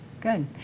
Good